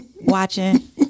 watching